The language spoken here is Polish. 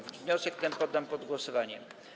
Wniosek ten poddam pod głosowanie.